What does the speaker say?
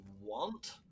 want